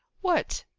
what!